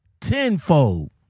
Tenfold